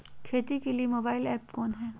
खेती के लिए मोबाइल ऐप कौन है?